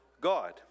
God